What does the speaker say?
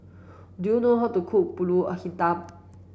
do you know how to cook Pulut Hitam